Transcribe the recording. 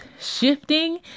shifting